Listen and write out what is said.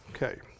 Okay